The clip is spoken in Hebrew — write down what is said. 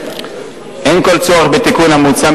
אין כל צורך בתיקון המוצע,